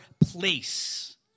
place